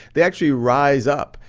they actually rise up.